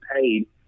paid